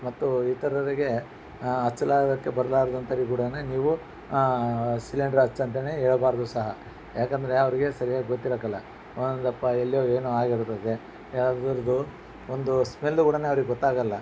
ಮತ್ತು ಇತರರಿಗೆ ಹಚ್ಲಾರ್ದಕ್ಕೆ ಬರ್ಲಾರ್ದಂತವ್ರಿಗೆ ಕೂಡಾನೆ ನೀವು ಸಿಲಿಂಡ್ರ್ ಹಚ್ ಅಂತಾನೆ ಹೇಳ್ಬಾರ್ದು ಸಹ ಯಾಕಂದರೆ ಅವರಿಗೆ ಸರಿಯಾಗಿ ಗೊತ್ತಿರಕ್ಕಿಲ್ಲ ಒಂದೊಂದಪ ಎಲ್ಲಿಯೋ ಏನೋ ಆಗಿರ್ತದೆ ಒಂದು ಸ್ಮೆಲ್ ಕೂಡಾನೆ ಅವ್ರಿಗೆ ಗೊತ್ತಾಗೋಲ್ಲ